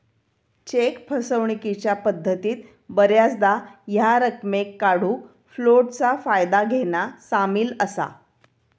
check फसवणूकीच्या पद्धतीत बऱ्याचदा ह्या रकमेक काढूक फ्लोटचा फायदा घेना सामील असा